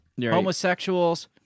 homosexuals